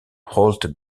holt